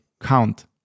count